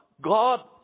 god